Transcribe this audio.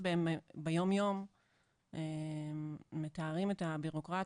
איתם ביומיום מתארים את הבירוקרטיה,